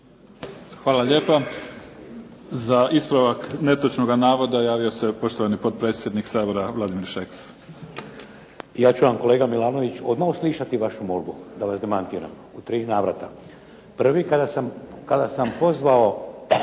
Hvala lijepo. Za ispravak netočnog navoda, javio se poštovani potpredsjednik Sabora Vladimir Šeks. **Šeks, Vladimir (HDZ)** Ja ću vam kolega Milanović odmah uslišati vašu molbu da vas demantiram u tri navrata. Prvi, kada sam pozvao